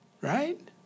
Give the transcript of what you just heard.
right